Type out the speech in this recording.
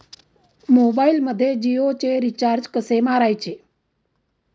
मोबाइलमध्ये जियोचे रिचार्ज कसे मारायचे?